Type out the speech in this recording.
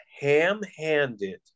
ham-handed